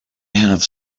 have